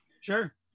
sure